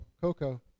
Coco